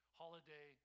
holiday